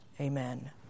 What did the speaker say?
Amen